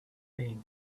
things